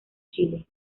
chile